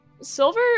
silver